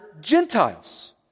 Gentiles